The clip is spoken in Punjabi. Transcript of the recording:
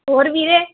ਹੋਰ ਵੀਰੇ